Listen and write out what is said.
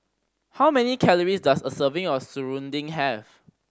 how many calories does a serving of serunding have